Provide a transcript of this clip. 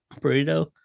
burrito